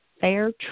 fair